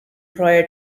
prior